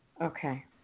Okay